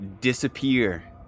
disappear